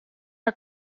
are